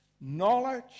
knowledge